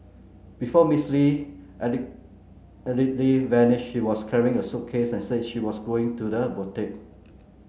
before Ms Li allegedly vanished she was carrying a suitcase and said she was going to the boutique